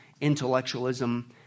intellectualism